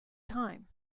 time